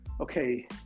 okay